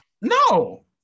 No